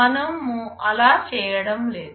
మనము అలా చేయడం లేదు